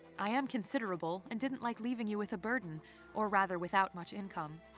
i am considerable and didn't like leaving you with a burden or rather without much income.